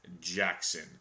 Jackson